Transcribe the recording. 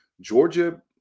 Georgia